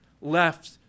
left